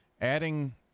adding